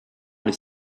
les